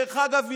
דרך אגב,